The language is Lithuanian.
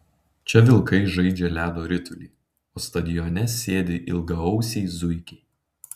čia vilkai žaidžia ledo ritulį o stadione sėdi ilgaausiai zuikiai